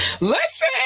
Listen